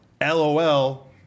LOL